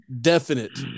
definite